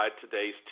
today's